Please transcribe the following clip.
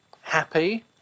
happy